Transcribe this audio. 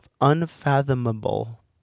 unfathomable